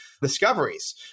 discoveries